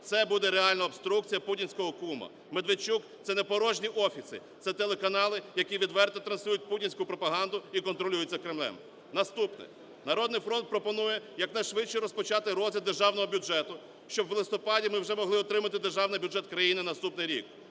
це буде реально обструкція путінського кума. Медведчук це не порожні офіси – це телеканали, які відверто транслюють путінську пропаганду і контролюються Кремлем. Наступне. "Народний фронт" пропонує якнайшвидше розпочати розгляд державного бюджету, щоб в листопаді ми вже могли отримати державний бюджет країни на наступний рік.